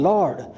Lord